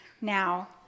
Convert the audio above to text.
now